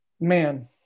Man